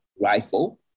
rifle